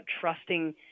trusting